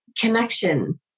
connection